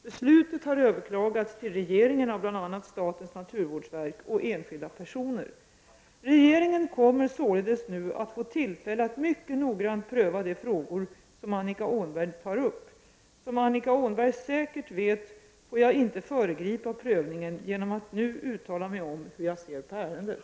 Beslutet har överklagats till regeringen av bl.a. statens naturvårdsverk och enskilda personer. Regeringen kommer således nu att få tillfälle att mycket noggrant pröva de frågor som Annika Åhnberg tar upp. Som Annika Åhnberg säkert vet får jag inte föregripa prövningen genom att nu uttala mig om hur jag ser på ärendet.